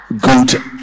good